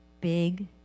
big